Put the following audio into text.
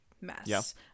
mess